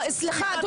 סליחה,